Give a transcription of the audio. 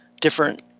different